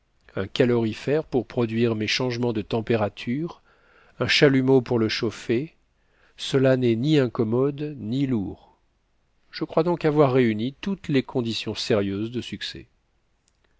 un calorifère pour produire mes changements de température un chalumeau pour le chauffer cela n'est ni incommode ni lourd je crois donc avoir réuni toutes les conditions sérieuses de succès